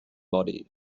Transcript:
body